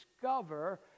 discover